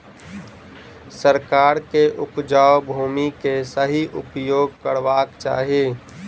सरकार के उपजाऊ भूमि के सही उपयोग करवाक चाही